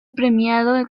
premiado